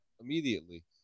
immediately